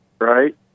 right